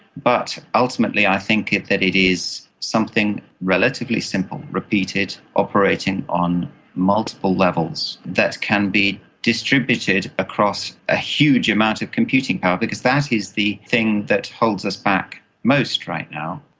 but ultimately i think that it is something relatively simple, repeated, operating on multiple levels that can be distributed across a huge amount of computing power, because that is the thing that holds us back most right now.